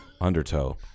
undertow